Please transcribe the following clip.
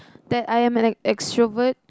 that I'm an extrovert